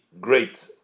great